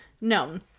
no